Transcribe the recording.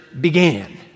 began